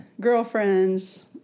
girlfriends